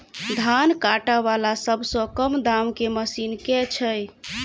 धान काटा वला सबसँ कम दाम केँ मशीन केँ छैय?